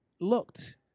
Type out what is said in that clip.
looked